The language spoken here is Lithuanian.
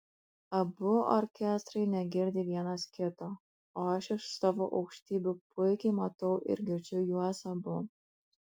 abu orkestrai negirdi vienas kito o aš iš savo aukštybių puikiai matau ir girdžiu juos abu